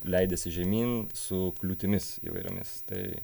leidiesi žemyn su kliūtimis įvairiomis tai